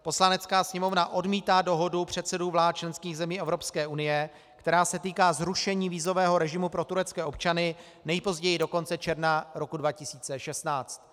Poslanecká sněmovna odmítá dohodu předsedů vlád členských zemí Evropské unie, která se týká zrušení vízového režimu pro turecké občany nejpozději do konce června roku 2016.